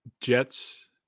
Jets